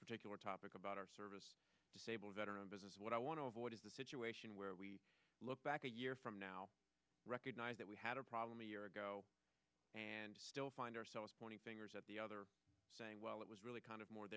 particular topic about our service disabled veteran business what i want to avoid is a situation where we look back a year from now recognize that we had a problem a year ago and still find ourselves pointing fingers at the other saying well it was really kind of more